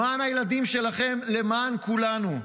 למען הילדים שלכם, למען כולנו.